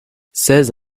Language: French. seize